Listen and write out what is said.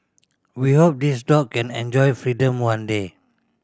we hope this dog can enjoy freedom one day